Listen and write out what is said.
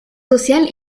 social